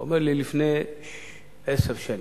הוא אומר לי: לפני עשר שנים.